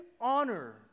honor